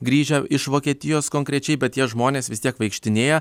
grįžę iš vokietijos konkrečiai bet tie žmonės vis tiek vaikštinėja